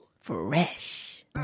Fresh